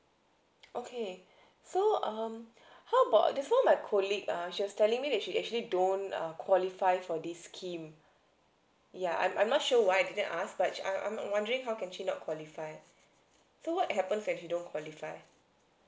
okay so um how about there's one of my colleague ah she was just telling me that she actually don't uh qualify for this scheme ya I'm I'm not sure why I didn't ask but I'm I'm wondering how can she not qualify so what happens if you don't qualify